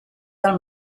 del